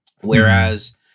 Whereas